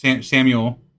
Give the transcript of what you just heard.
Samuel